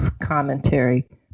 commentary